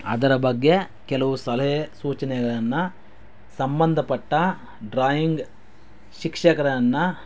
ಅದರ ಬಗ್ಗೆ ಕೆಲವು ಸಲಹೆ ಸೂಚನೆಗಳನ್ನು ಸಂಬಂಧಪಟ್ಟ ಡ್ರಾಯಿಂಗ್ ಶಿಕ್ಷಕರನ್ನು